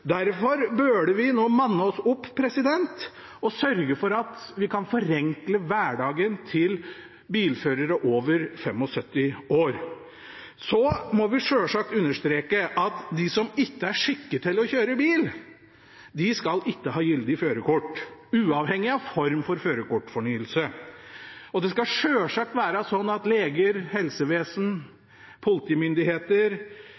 Derfor burde vi nå manne oss opp og sørge for at vi kan forenkle hverdagen for bilførere over 75 år. Vi må selvsagt understreke at de som ikke er skikket til å kjøre bil, ikke skal ha gyldig førerkort, uavhengig av hvilken form for førerkortfornyelse det er snakk om. Det skal selvsagt også være slik at leger,